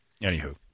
Anywho